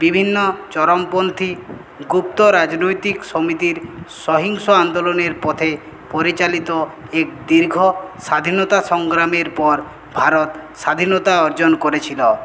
বিভিন্ন চরমপন্থী গুপ্ত রাজনৈতিক সমিতির সহিংস আন্দোলনের পথে পরিচালিত এক দীর্ঘ স্বাধীনতা সংগ্রামীর পর ভারত স্বাধীনতা অর্জন করেছিলো